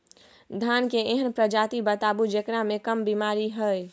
धान के एहन प्रजाति बताबू जेकरा मे कम बीमारी हैय?